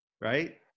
right